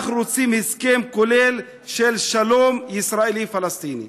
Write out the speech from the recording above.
אנחנו רוצים הסכם כולל של שלום ישראלי-פלסטיני.